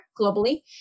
globally